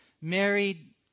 married